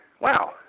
wow